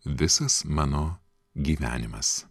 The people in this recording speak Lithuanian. visas mano gyvenimas